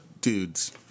Dudes